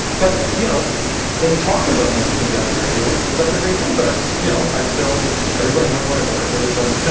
but you know they talk about me on punjabi radio, but that's a great thing but you know i still. everybody knows where i work, everybody.